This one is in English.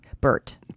Bert